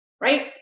Right